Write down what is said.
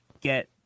get